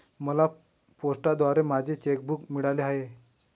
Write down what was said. मला पोस्टाद्वारे माझे चेक बूक मिळाले आहे